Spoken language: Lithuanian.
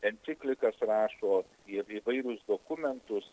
enciklikas rašo ir įvairius dokumentus